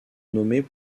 nommés